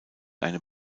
eine